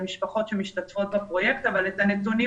של המשפחות שמשתתפות בפרויקט אבל את הנתונים